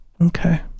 okay